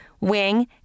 wing